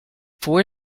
four